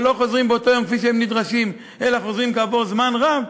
או לא חוזרים באותו יום כפי שהם נדרשים אלא חוזרים כעבור זמן רב,